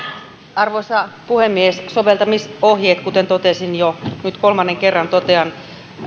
arvoisa puhemies soveltamisohjeet kuten jo totesin ja nyt kolmannen kerran totean